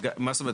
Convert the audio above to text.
מה זאת אומרת?